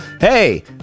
hey